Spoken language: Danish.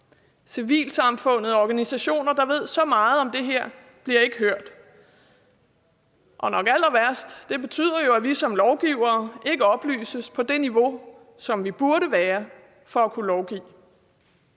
Civilsamfundet, organisationer, der ved så meget om det her, bliver ikke hørt. Og nok allerværst betyder det, at vi som lovgivere ikke oplyses på det niveau, som vi burde for at kunne lovgive.